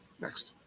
next